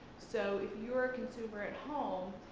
so if you're a consumer at home,